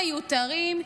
המיותרים,